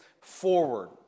Forward